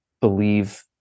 believe